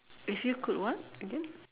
if you could what again